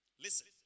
Listen